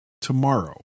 tomorrow